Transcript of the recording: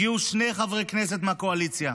הגיעו שני חברי כנסת מהקואליציה,